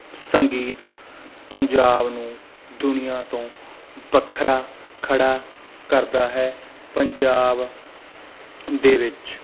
ਸੰਗੀਤ ਪੰਜਾਬ ਨੂੰ ਦੁਨੀਆਂ ਤੋਂ ਵੱਖਰਾ ਖੜ੍ਹਾ ਕਰਦਾ ਹੈ ਪੰਜਾਬ ਦੇ ਵਿੱਚ